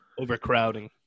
overcrowding